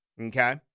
Okay